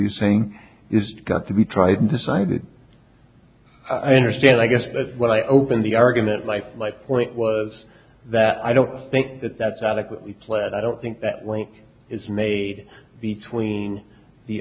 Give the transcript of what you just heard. he's saying is got to be tried and decided i understand i guess that when i open the argument like my point was that i don't think that that's adequately planned i don't think that link is made between the